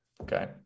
Okay